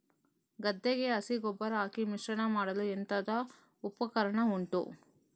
ಗದ್ದೆಗೆ ಹಸಿ ಗೊಬ್ಬರ ಹಾಕಿ ಮಿಶ್ರಣ ಮಾಡಲು ಎಂತದು ಉಪಕರಣ ಉಂಟು?